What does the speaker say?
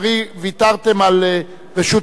ויתרתם על רשות הדיבור,